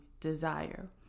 desire